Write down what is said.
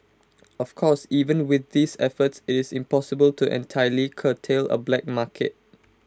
of course even with these efforts IT is impossible to entirely curtail A black market